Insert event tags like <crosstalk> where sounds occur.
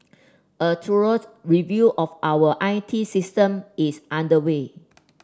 a thorough <unintelligible> review of our I T system is underway